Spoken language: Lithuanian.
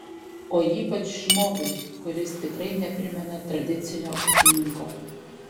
o ypač žmogui kuris tikrai neprimena tradicinio ūkininko